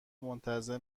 منتظر